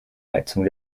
heizung